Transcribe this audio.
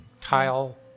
tile